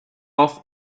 off